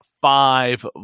five